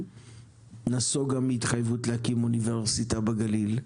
נסוגה מהתחייבות להקים אוניברסיטה בגליל,